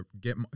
get